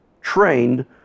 trained